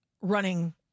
running